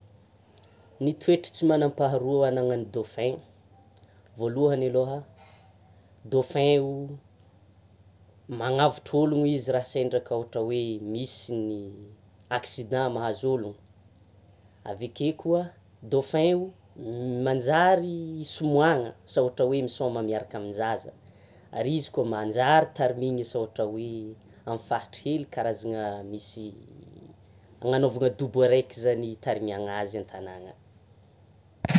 Ny toetra tsy manam-paharoa anana'ny dauphin, voalohany aloha, dauphin o magnavotra olona izy raha sendra ka ohatra hoe misy ny accident mahazo olona, avekeo koa dauphin o manjary somoana, asa ohatra hoe misôma miaraka amin-jaza, ary izy koa manjary tarimiana asa ohatra hoe amin'ny faritry hely karazana misy, agnanaovana dobo araiky zany hitarimiana azy antanàna